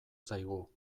zaigu